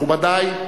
מכובדי,